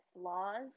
flaws